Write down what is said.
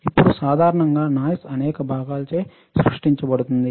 ఇప్పుడు సాధారణంగా నాయిస్ అనేక భాగాలచే సృష్టించబడుతుంది